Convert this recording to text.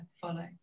follow